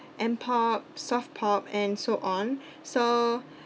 M pop soft pop and so on so